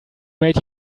made